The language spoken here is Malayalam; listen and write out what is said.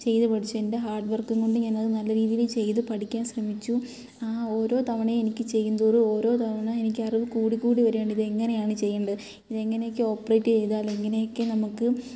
ചെയ്ത് പഠിച്ചു എൻ്റെ ഹാർഡ് വർക്ക് കൊണ്ട് ഞാൻ അത് നല്ല രീതിയിൽ ചെയ്തു പഠിക്കാൻ ശ്രമിച്ചു ആ ഓരോ തവണയും എനിക്ക് ചെയ്യും തോറും ഓരോ തവണ എനിക്ക് അറിവ് കൂടി കൂടി വരാനിത് എങ്ങനെയാണ് ചെയ്യേണ്ട ഇത് എങ്ങനെയൊക്കെ ഓപ്പറേറ്റ് ചെയ്താൽ എങ്ങനെയൊക്കെ നമുക്ക്